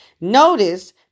Notice